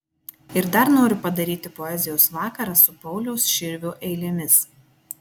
ir dar noriu padaryti poezijos vakarą su pauliaus širvio eilėmis